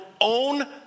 own